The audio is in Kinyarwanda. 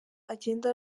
agenda